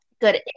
good